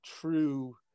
true